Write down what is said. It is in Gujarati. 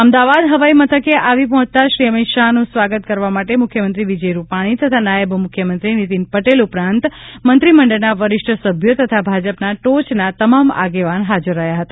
અમદાવાદ હવાઇ મથકે આવી પહોંચતા શ્રી અમિત શાહનું સ્વાગત કરવા માટે મુખ્યમંત્રી વિજય રુપાણી તથા નાયબ મુખ્યમંત્રી નિતીન પટેલ ઉપરાંત મંત્રીમંડળના વરિષ્ઠ સભ્યો તથા ભાજપના ટોચના તમામ આગેવાન હાજર રહ્યા હતા